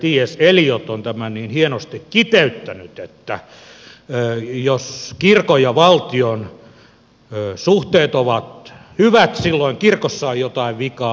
eliot on tämän niin hienosti kiteyttänyt että jos kirkon ja valtion suhteet ovat hyvät silloin kirkossa on jotain vikaa